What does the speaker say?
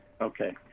Okay